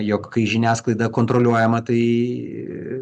jog kai žiniasklaida kontroliuojama tai